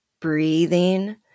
Breathing